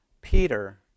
Peter